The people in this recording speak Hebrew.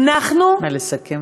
אנחנו, נא לסכם.